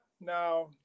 now